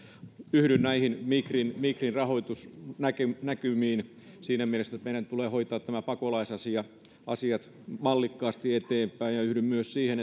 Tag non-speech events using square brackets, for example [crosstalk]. yhdyn näihin migrin migrin rahoitusnäkymiin siinä mielessä että meidän tulee hoitaa nämä pakolaisasiat mallikkaasti eteenpäin ja yhdyn myös siihen [unintelligible]